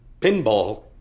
Pinball